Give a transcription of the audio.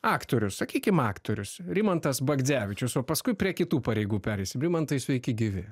aktorius sakykim aktorius rimantas bagdzevičius o paskui prie kitų pareigų pereisim rimantai sveiki gyvi